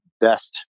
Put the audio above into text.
best